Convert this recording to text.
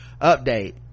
update